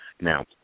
Now